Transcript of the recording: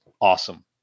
awesome